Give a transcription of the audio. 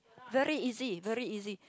very easy very easy